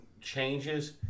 changes